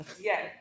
Yes